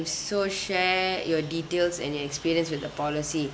so share your details and your experience with the policy